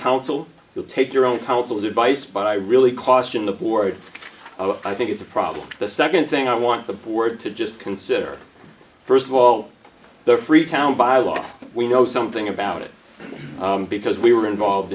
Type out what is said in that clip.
counsel to take your own counsel's advice but i really caution the board what i think is a problem the second thing i want the board to just consider first of all the freetown by law we know something about it because we were involved